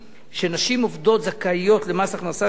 שנשים עובדות זכאיות למס הכנסה שלילי,